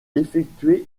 effectuer